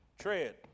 tread